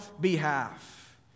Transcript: behalf